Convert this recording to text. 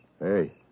Hey